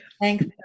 Thanks